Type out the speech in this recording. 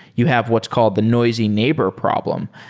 you have what's called the noisy neighbor problem.